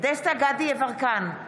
דסטה גדי יברקן,